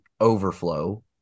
overflow